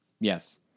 Yes